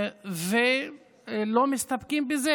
לא מסתפקים בזה,